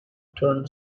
turn